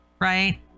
right